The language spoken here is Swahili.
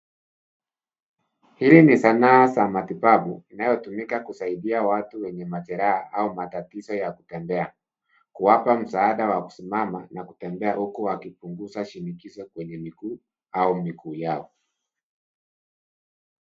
Hili ni sanaa la matibabu linalotumika kusaidia watu wenye majeraha au matatizo ya kutembea. Kuwapa msaada wa kusimama na kutembea huku wakipunguza shinikizo kwenye miguu au miguu yao.